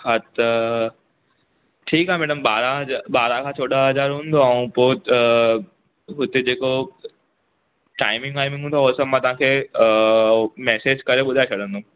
हा त ठीकु आहे मैडम ॿारहं हज़ार ॿारहं खां चोॾहं हज़ार हूंदो ऐं पोइ उते जेको टाइमिंग वाइमिंग हूंदो उहो सभ मां तव्हांखे मैसेज करे ॿुधाए छॾंदुमि